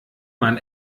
man